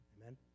Amen